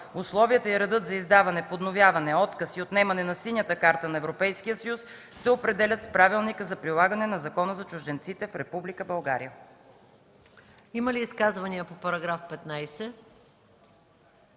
Условията и редът за издаване, подновяване, отказ и отнемане на синята карта на Европейския съюз се определят с Правилника за прилагане на Закона за чужденците в